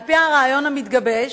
על-פי הרעיון המתגבש,